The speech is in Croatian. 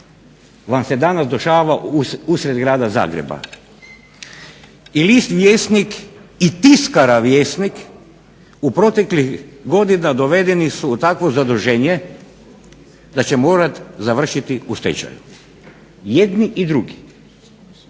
vam se danas dešava usred grada Zagreba. I List "Vjesnik" i Tiskara "Vjesnik" u proteklih godina dovedeni su u takvo zaduženje da će morati završiti u stečaju. Jedni i drugi.